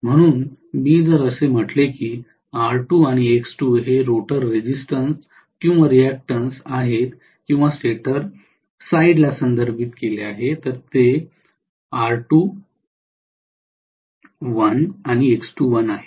म्हणून मी जर असे म्हटले की R2 आणि X2 हे रोटर रेजिस्ट्न्ट आणि रिअॅक्टंट्स आहेत किंवा स्टेटर साईडला संदर्भित केले आहे ते R2l आणि X2l आहे